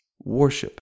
worship